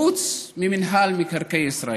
חוץ ממינהל מקרקעי ישראל.